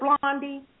Blondie